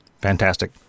Fantastic